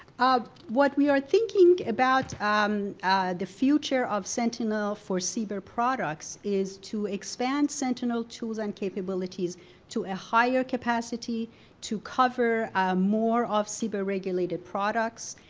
um what we are thinking about the future of sentinel for cber products is to expand sentinel tools and capabilities to a higher capacity to cover more of cber-regulated products,